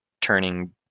turning